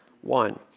one